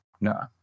no